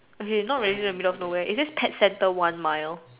okay not really the middle of nowhere it's just pet center one mile